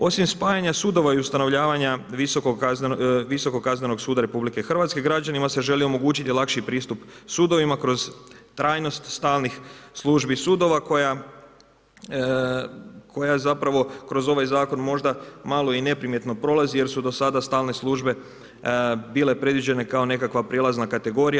Osim spajanja sudova i ustanovljavanja Visokog kaznenog suda RH, građanima se želi omogućiti lakši pristup sudovima kroz trajnost stalnih službi sudova koja zapravo kroz ovaj zakon možda malo i neprimjetno prolazi jer su do sada stalne službe bile predviđene kao nekakva prijelazna kategorija.